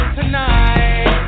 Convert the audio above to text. tonight